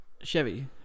Chevy